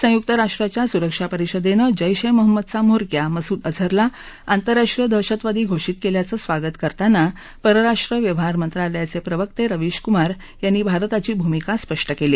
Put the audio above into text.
संयुक्त राष्ट्राच्या सुरक्षा परिषदेनं जैश ए मोहम्मदचा म्होरक्या मसुद अजहरला आंतरराष्ट्रीय दहशतवादी घोषीत केल्याचं स्वागत करताना परराष्ट्र व्यवहारमंत्रालयाचे प्रवक्ते रवीश कुमार यानी भारताची भूमिका स्पष्ट केली